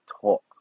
talk